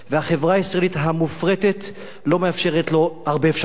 והחברה הישראלית המופרטת לא מאפשרת לו הרבה אפשרויות.